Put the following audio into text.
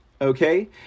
Okay